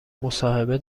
مصاحبه